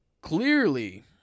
clearly